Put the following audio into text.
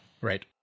Right